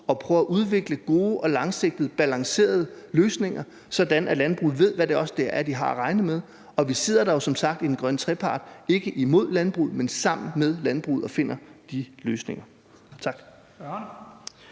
og prøver at udvikle gode og langsigtede balancerede løsninger, sådan at landbruget ved, hvad det er, de har at regne med. Og vi sidder der jo som sagt i den grønne trepart, ikke imod landbruget, men sammen med landbruget, og finder de løsninger. Tak.